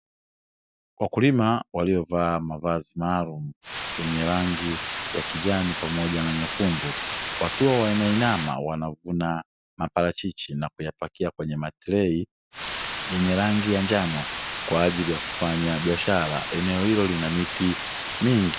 Wakulima waliovaa mavazi maalumu, yenye rangi ya kijani pamoja na nyekundu, wakiwa wameinama wanavuna maparachichi na kuyapakia kwenye matrei yenye rangi ya njano kwa ajili ya kufanya biashara. Eneo hilo lina miti mingi.